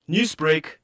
Newsbreak